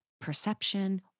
perception